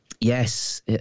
Yes